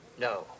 No